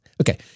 Okay